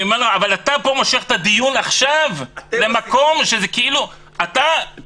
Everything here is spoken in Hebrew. אבל אתה פה מושך את הדיון עכשיו למקום שזה כאילו --- אתם עשיתם את זה.